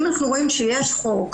אם אנחנו רואים שיש חוק,